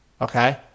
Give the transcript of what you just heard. Okay